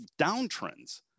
downtrends